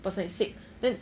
person is sick then